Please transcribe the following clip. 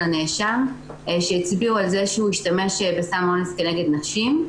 הנאשם שהצביעו על זה שהוא השתמש בסם אונס כנגד נשים.